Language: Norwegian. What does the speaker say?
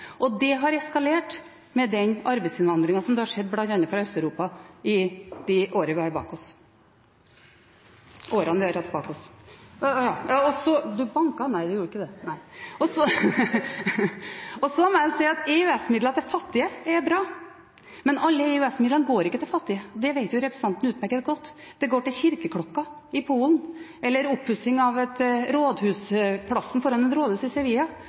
problem. Det har eskalert med den arbeidsinnvandringen vi har sett bl.a. fra Øst-Europa i de åra vi har bak oss. Så må jeg si at EØS-midler til fattige er bra, men alle EØS-midlene går ikke til fattige – det vet representanten utmerket godt. De går til kirkeklokker i Polen, til oppussing av plassen foran et rådhus i